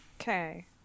Okay